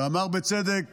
ואמר בצדק